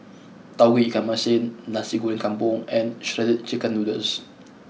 Tauge Ikan Masin Nasi Goreng Kampung and Shredded Chicken Noodles